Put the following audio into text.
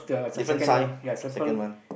different sign second one